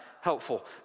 helpful